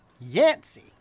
Yancy